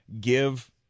give